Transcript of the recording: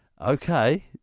Okay